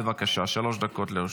בבקשה, שלוש דקות לרשותך.